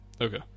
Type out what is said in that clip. Okay